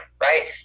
Right